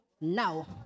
now